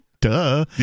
duh